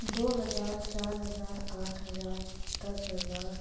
دو ہزا چار ہزار آٹھ ہزار دس ہزار